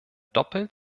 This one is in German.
doppelt